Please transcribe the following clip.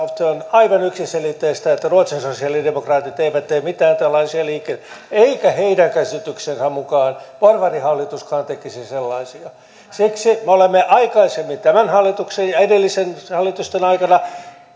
on aivan yksiselitteistä että ruotsin sosialidemokraatit eivät tee mitään tällaisia liikkeitä eikä heidän käsityksensä mukaan porvarihallituskaan tekisi sellaisia siksi me olemme aikaisemmin tämän hallituksen ja edellisten hallitusten aikana